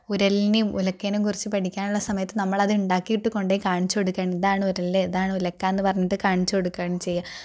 ഉരലിനേയും ഉലക്കയേയും കുറിച്ച് പഠിക്കാനുള്ള സമയത്ത് നമ്മൾ അത് ഉണ്ടാക്കിയിട്ട് കൊണ്ടുപോയി കാണിച്ചു കൊടുക്കുകയാണ് ഇതാണ് ഉരല് ഇതാണ് ഉലക്ക എന്ന് പറഞ്ഞിട്ട് കാണിച്ചു കൊടുക്കുകയാണ് ചെയ്യുക